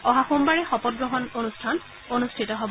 অহা সোমবাৰে এই শপত গ্ৰহণ অনুষ্ঠান অনুষ্ঠিত হ'ব